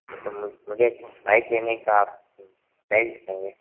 तो मुझे बाइक लेने का प्राइज़ बताइए